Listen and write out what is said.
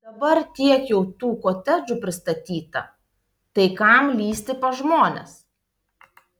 dabar tiek jau tų kotedžų pristatyta tai kam lįsti pas žmones